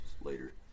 later